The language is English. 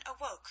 awoke